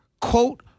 quote